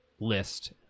list